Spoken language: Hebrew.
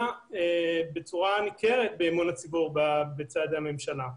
בצורה ניכרת באמון הציבור בצעדי הממשלה.